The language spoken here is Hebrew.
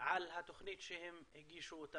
על התוכנית שהם הגישו.